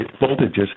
voltages